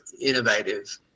innovative